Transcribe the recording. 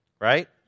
right